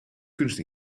kunst